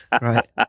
Right